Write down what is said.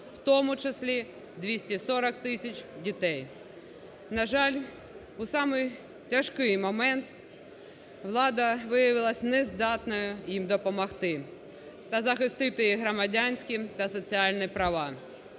в тому числі 240 тисяч дітей. На жаль, у самий тяжкий момент влада виявилася нездатною їм допомогти та захистити громадянські та соціальні права.